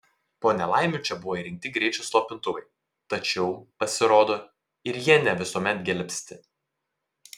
po nelaimių čia buvo įrengti greičio slopintuvai tačiau pasirodo ir jie ne visuomet gelbsti